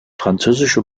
französische